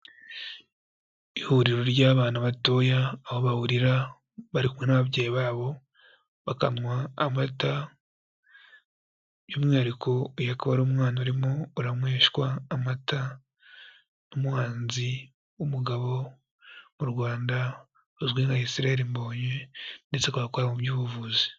Ihuriro ry'abana batoya, aho bahurira bari kumwe n'ababyeyi babo bakanywa amata, by'umwihariko uyu akaba ari umwana urimo uraranyweshwa amata n'umuhanzi w'umugabo mu Rwanda uzwi nka Israel Mbonyi, ndetse agakora mu by'ubuvuzi.